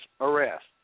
arrest